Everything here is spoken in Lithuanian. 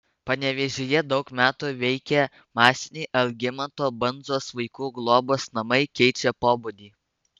panevėžyje daug metų veikę masiniai algimanto bandzos vaikų globos namai keičia pobūdį